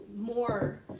more